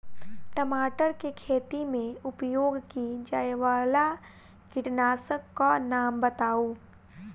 टमाटर केँ खेती मे उपयोग की जायवला कीटनासक कऽ नाम बताऊ?